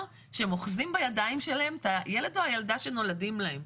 שהם אוחזים בידיים שלהם את הילד או הילדה שנולדים להם,